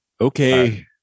Okay